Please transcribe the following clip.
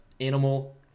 animal